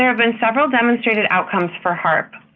ah been several demonstrated outcomes for harp,